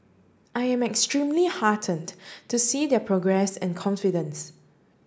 I am extremely heartened to see their progress and confidence